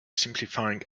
simplifying